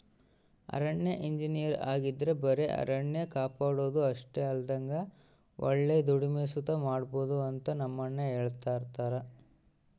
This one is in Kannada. ಅರಣ್ಯ ಇಂಜಿನಯರ್ ಆಗಿದ್ರ ಬರೆ ಅರಣ್ಯ ಕಾಪಾಡೋದು ಅಷ್ಟೆ ಅಲ್ದಂಗ ಒಳ್ಳೆ ದುಡಿಮೆ ಸುತ ಮಾಡ್ಬೋದು ಅಂತ ನಮ್ಮಣ್ಣ ಹೆಳ್ತಿರ್ತರ